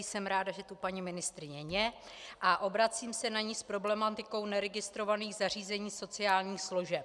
Jsem ráda, že tu paní ministryně je, a obracím se na ni s problematikou neregistrovaných zařízení sociálních služeb.